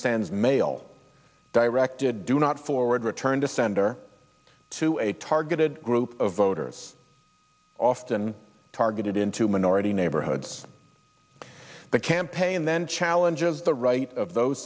sends mail directed do not forward return to sender to a targeted group of voters often targeted into minority neighborhoods the campaign then challenges right of those